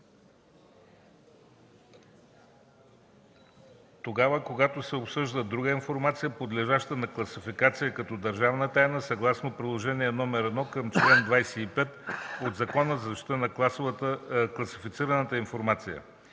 други; – се обсъжда друга информация, подлежаща на класификация, като държавна тайна, съгласно Приложение № 1 към чл. 25 от Закона за защита на класифицираната информация.